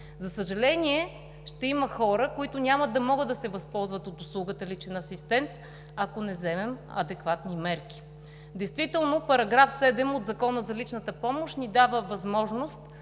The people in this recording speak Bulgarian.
За съжаление, ще има хора, които няма да могат да се възползват от услугата „личен асистент“, ако не вземем адекватни мерки. Действително § 7 от Закона за личната помощ ни дава възможност,